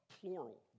plural